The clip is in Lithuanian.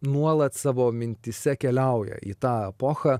nuolat savo mintyse keliauja į tą epochą